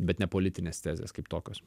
bet ne politinės tezės kaip tokios